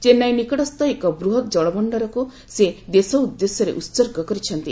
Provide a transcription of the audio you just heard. ଚେନ୍ନାଇ ନିକଟସ୍ଥ ଏକ ବୂହତ ଜଳଭଣ୍ଡାରକୁ ସେ ଦେଶ ଉଦ୍ଦେଶ୍ୟରେ ଉତ୍ସର୍ଗ କରିଛନ୍ତି